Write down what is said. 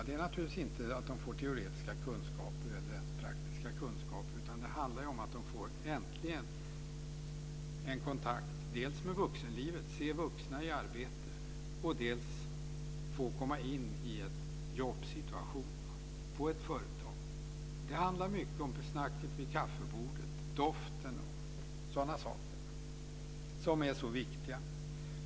Det är naturligtvis inte därför att de får teoretiska kunskaper eller ens praktiska kunskaper, utan det handlar om att de äntligen får en kontakt dels med vuxenlivet, de får se vuxna i arbete, dels får komma in i en jobbsituation på ett företag. Det handlar mycket om snacket vid kaffebordet - doften och sådana saker.